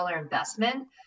investment